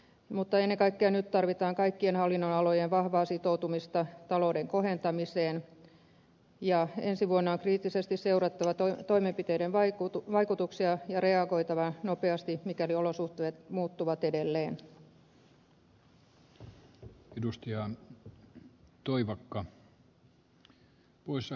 mutta ennen kaikkea nyt tarvitaan kaikkien hallinnonalojen vahvaa sitoutumista talouden kohentamiseen ja ensi vuonna on kriittisesti seurattava toimenpiteiden vaikutuksia ja reagoitava nopeasti mikäli olosuhteet muuttuvat edelleen